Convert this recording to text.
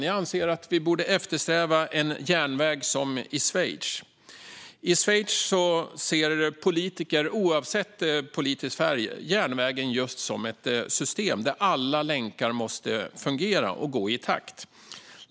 Jag anser att vi borde eftersträva en järnväg som den i Schweiz. I Schweiz ser politiker oavsett politisk färg järnvägen just som ett system där alla länkar måste fungera och gå i takt.